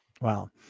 Wow